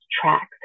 tracks